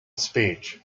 speech